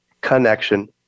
connection